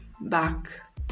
back